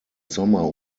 sommer